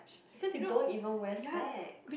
because he don't even wear specs